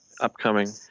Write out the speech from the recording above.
Upcoming